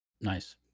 Nice